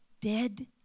Dead